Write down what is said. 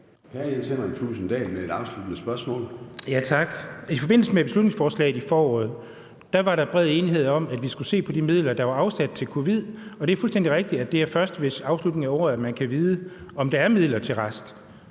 13:31 Jens Henrik Thulesen Dahl (DD): Tak. I forbindelse med beslutningsforslaget i foråret var der bred enighed om, at vi skulle se på de midler, der var afsat til covid-19, og det er fuldstændig rigtigt, at det først er ved afslutningen af året, at man kan vide, om der er midler til rest.